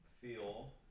feel